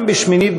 גם בשמינית,